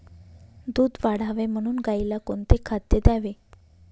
दूध वाढावे म्हणून गाईला कोणते खाद्य द्यावे?